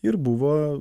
ir buvo